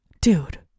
dude